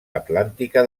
atlàntica